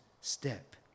step